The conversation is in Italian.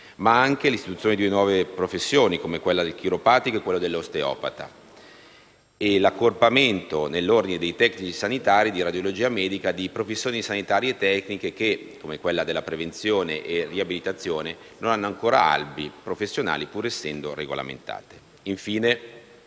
Ma anche l'istituzione di nuove professioni, come quella di chiropratico e quella di osteopata, e l'accorpamento nell'Ordine dei tecnici sanitari di radiologia medica, di professioni sanitarie tecniche, come quelle della prevenzione e riabilitazione, che non hanno ancora Albi professionali pur essendo regolamentate. Infine,